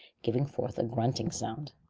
giving forth a grunting sound.